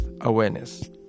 Awareness